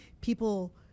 people